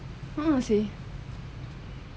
ah !wahseh!